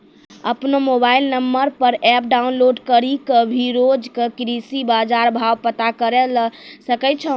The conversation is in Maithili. आपनो मोबाइल नंबर पर एप डाउनलोड करी कॅ भी रोज के कृषि बाजार भाव पता करै ल सकै छो